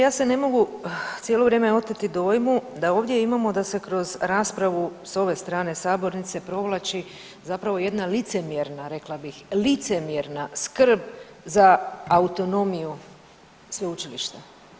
Ja se ne mogu cijelo vrijeme oteti dojmu da ovdje imamo da se kroz raspravu sa ove strane sabornice provlači zapravo jedna licemjerna rekla bih, licemjerna skrb za autonomiju sveučilišta.